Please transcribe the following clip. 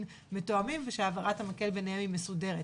מתואמים ושהעברת המקל ביניהם היא מסודרת.